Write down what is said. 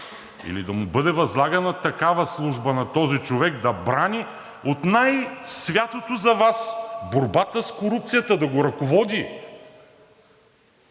или да му бъде възлагана такава служба на този човек – да брани от най-святото за Вас – борбата с корупцията, да го ръководи?